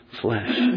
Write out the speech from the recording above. flesh